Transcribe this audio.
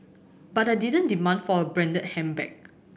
but I didn't demand for a branded handbag